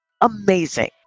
amazing